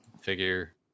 figure